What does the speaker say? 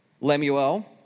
Lemuel